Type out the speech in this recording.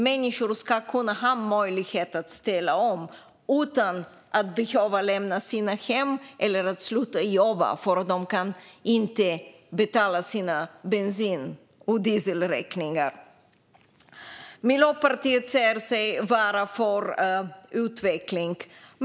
Människor ska ha möjlighet att ställa om utan att behöva lämna sina hem eller sluta jobba därför att de inte kan betala sina bensin och dieselräkningar. Miljöpartiet säger sig vara för utveckling.